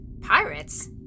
Pirates